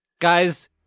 Guys